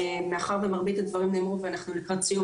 מאחר ומרבית הדברים נאמרו ואנחנו לקראת סיום,